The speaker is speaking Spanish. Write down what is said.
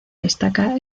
destaca